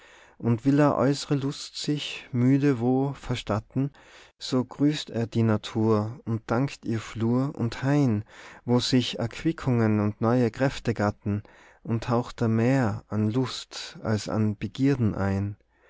und will er äußre lust sich müde wo verstatten so grüßt er die natur und dankt ihr flur und hain wo sich erquickungen und neue kräfte gatten und haucht da mehr an lust als an begierden ein